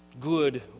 Good